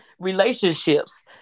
Relationships